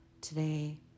Today